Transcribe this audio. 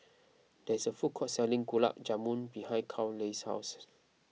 there is a food court selling Gulab Jamun behind Carleigh's house